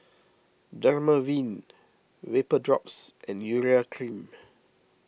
Dermaveen Vapodrops and Urea Cream